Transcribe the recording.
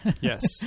Yes